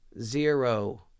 Zero